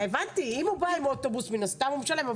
הבנתי, אם הוא בא עם אוטובוס מן הסתם הוא משלם.